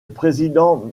président